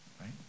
right